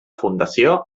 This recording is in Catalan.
fundació